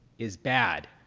is bad,